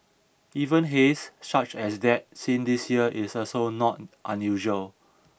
even haze such as that seen this year is also not unusual